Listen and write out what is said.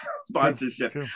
sponsorship